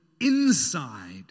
inside